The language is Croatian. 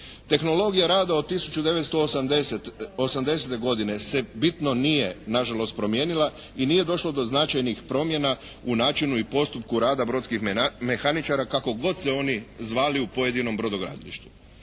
Tehnologija rada od 1980. godine se bitno nije nažalost promijenila i nije došlo do značajnih problema u načinu i postupku rada brodskih mehaničara kako god se oni zvali u pojedinom brodogradilištu.